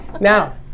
Now